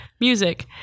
Music